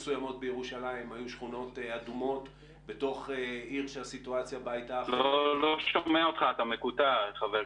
שכונות אדומות בתוך עיר שהסיטואציה בה --- אתה נשמע מקוטע.